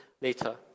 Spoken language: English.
later